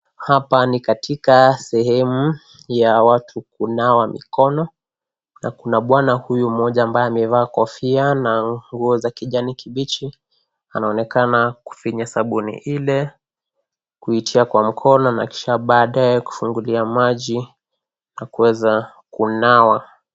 Hapa ni katika sehemu ya watu kunawa mikono na kuna bwana huyu ambaye kofia na nguo za kijani kibichi. Anaonekana kufinya sabuni ile kuitia kwa mkono na kisha baada ya kufungulia maji na kuweza kunawa.